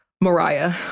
Mariah